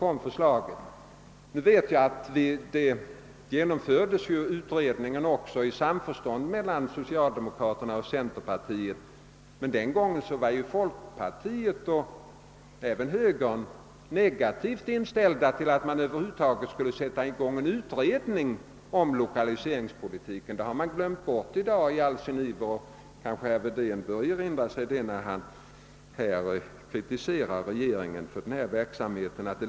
Utredningen genom fördes också i samförstånd mellan socialdemokraterna och centerpartiet. Den gången var folkpartiet och även högern negativt inställda till att en utredning skulle igångsättas beträffande lokaliseringspolitiken. I all sin iver har man glömt bort detta i dag, men herr Wedén bör kanske erinra sig det när han kritiserar regeringen för denna verksamhet.